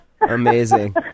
Amazing